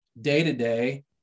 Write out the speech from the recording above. day-to-day